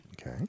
Okay